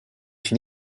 une